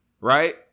Right